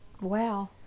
Wow